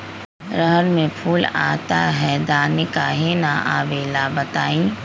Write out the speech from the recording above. रहर मे फूल आता हैं दने काहे न आबेले बताई?